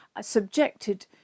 subjected